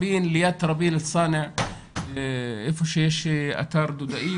ליד טרבין אל-סאנע איפה שיש את אתר דודאים,